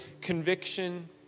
conviction